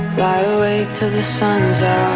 til the sun's